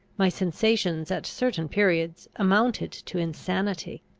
my sensations at certain periods amounted to insanity.